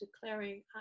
declaring